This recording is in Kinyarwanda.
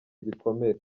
ibikomere